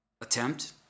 attempt